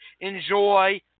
enjoy